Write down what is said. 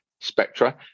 spectra